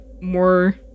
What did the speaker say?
more